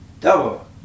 Double